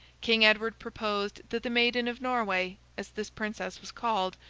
king edward proposed, that the maiden of norway, as this princess was called,